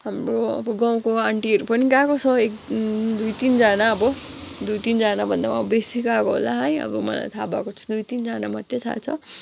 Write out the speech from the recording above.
हाम्रो अब गाउँको आन्टीहरू पनि गएको छ एक दुई तिनजना अब दुई तिनजना भन्दा पनि अब बेसी गाको होला है अब मलाई थाहा भएको चाहिँ दुई तिनजना मात्रै थाहा छ